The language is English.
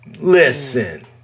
Listen